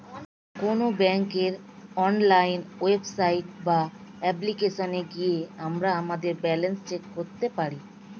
কোনো ব্যাঙ্কের online website বা অ্যাপ্লিকেশনে গিয়ে আমরা আমাদের ব্যালেন্স চেক করতে পারি